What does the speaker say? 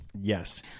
yes